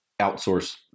outsource